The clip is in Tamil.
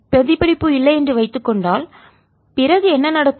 பிரதிபலிப்பு இல்லை என்று வைத்துக் கொண்டால் பிறகு என்ன நடக்கும்